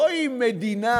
זוהי מדינה